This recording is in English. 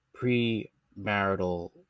premarital